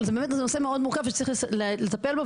אבל זה באמת נושא מאוד מורכב שצריך לטפל בו,